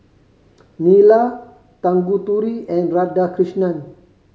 Neila Tanguturi and Radhakrishnan